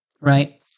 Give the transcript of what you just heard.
right